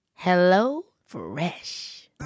HelloFresh